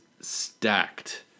stacked